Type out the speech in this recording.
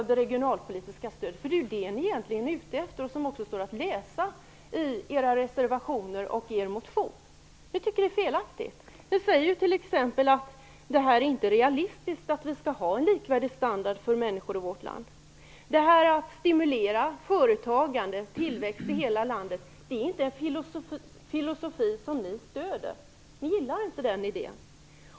Det är detta ni egentligen är ute efter. Det står att läsa i era reservationer och i er motion. Vi tycker att det är fel. Ni säger t.ex. att det inte är realistiskt att vi skall ha likvärdig standard för människor i vårt land. Att stimulera företagandet och tillväxt i hela landet är inte en filosofi som ni stöder, ni gillar inte den idén.